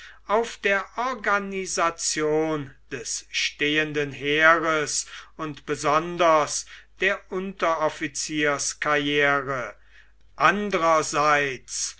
auf der organisation des stehenden heeres und besonders der unteroffizierskarriere andrerseits